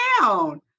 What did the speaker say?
down